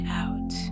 out